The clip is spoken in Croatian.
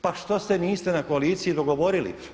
Pa što se niste na koaliciji dogovorili?